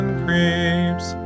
creeps